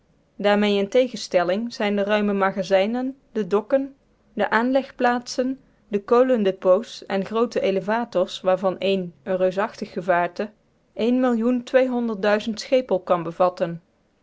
in tegenstelling zijn de ruime magazijnen de dokken de aanlegplaatsen de kolendepts en groote elevators waarvan één een reusachtig gevaarte eenmaal millioen schepel kan bevatten